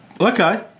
Okay